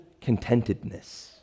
contentedness